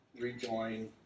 rejoin